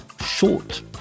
short